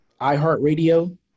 iHeartRadio